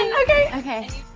okay okay